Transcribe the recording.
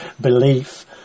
belief